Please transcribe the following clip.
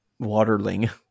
Waterling